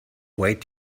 wait